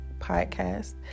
podcast